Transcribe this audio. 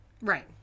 Right